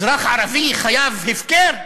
אזרח ערבי, חייו הפקר?